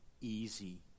easy